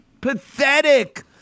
Pathetic